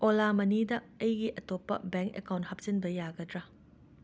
ꯑꯣꯂꯥ ꯃꯅꯤꯗ ꯑꯩꯒꯤ ꯑꯇꯣꯞꯄ ꯕꯦꯡꯛ ꯑꯦꯀꯥꯎꯟ ꯍꯥꯞꯆꯤꯟꯕ ꯌꯥꯒꯗ꯭ꯔꯥ